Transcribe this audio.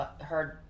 heard